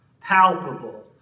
palpable